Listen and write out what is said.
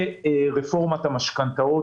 ורפורמת המשכנתאות,